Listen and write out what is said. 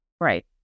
Right